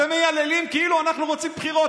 אתם מייללים כאילו אנחנו רוצים בחירות.